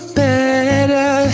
better